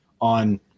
on